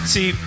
See